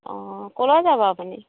অ' ক'লৈ যাব আপুনি